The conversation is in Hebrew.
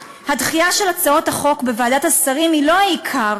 הדחייה של הצעות החוק בוועדת השרים היא לא העיקר,